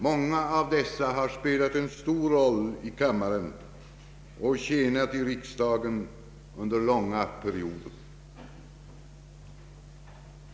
Många av dessa har spelat en stor roll i kammaren och tjänat i riksdagen under långa perioder.